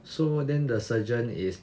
so then the surgeon is